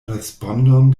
respondon